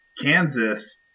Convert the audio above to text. Kansas